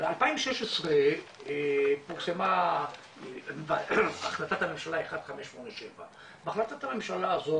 ב-2016 פורסמה החלטת הממשלה 1587. החלטת הממשלה הזו